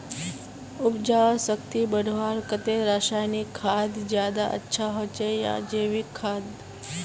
उपजाऊ शक्ति बढ़वार केते रासायनिक खाद ज्यादा अच्छा होचे या जैविक खाद?